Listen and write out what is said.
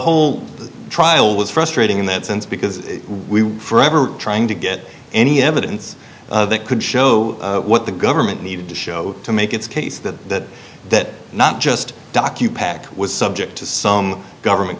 whole trial was frustrating in that sense because we were forever trying to get any evidence that could show what the government needed to show to make its case that that not just docu pact was subject to some government